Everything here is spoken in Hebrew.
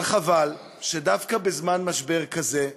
אבל חבל שדווקא בזמן משבר כזה הממשלה,